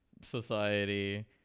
society